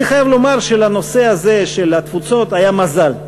אני חייב לומר שלנושא הזה של התפוצות היה מזל.